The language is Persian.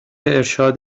ارشاد